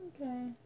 Okay